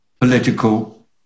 political